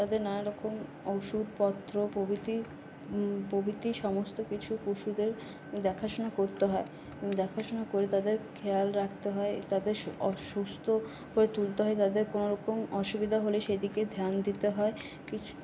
তাদের নানারকম ওষুধপত্র প্রভৃতি প্রভৃতি সমস্ত কিছু পশুদের দেখাশুনো করতে হয় দেখাশুনো করে তাদের খেয়াল রাখতে হয় তাদের সু সুস্থ করে তুলতে হয় তাদের কোনওরকম অসুবিধা হলে সেদিকে ধ্যান দিতে হয় কিছু